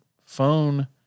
phone